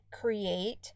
create